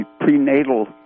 prenatal